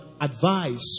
advice